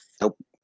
Nope